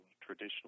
traditional